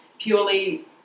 purely